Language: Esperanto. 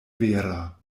vera